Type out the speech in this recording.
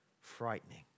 frightening